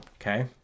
Okay